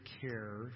care